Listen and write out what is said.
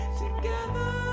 together